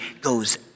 goes